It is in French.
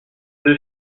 deux